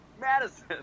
Madison